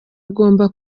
agomba